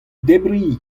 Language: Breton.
debriñ